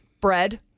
bread